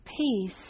peace